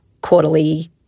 quarterly